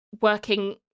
working